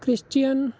christian